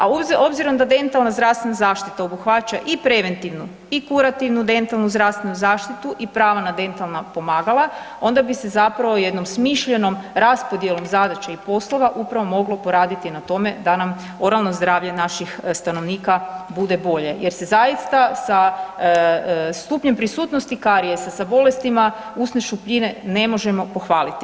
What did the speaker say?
A obzirom da dentalna zdravstvena zaštita obuhvaća i preventivnu i kurativnu dentalnu zdravstvenu zaštitu i prava na dentalna pomagala onda bi se zapravo jednom smišljenom raspodjelom zadaća i poslova upravo moglo poraditi na tome da nam oralno zdravlje naših stanovnika bude bolje jer se zaista sa stupnjem prisutnosti karijesa i sa bolestima usne šupljine ne možemo pohvaliti.